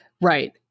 Right